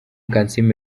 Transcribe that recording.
kansiime